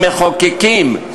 המחוקקים,